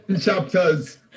chapters